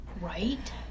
Right